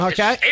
Okay